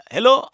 Hello